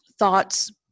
thoughts